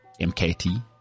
MKT